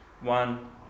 One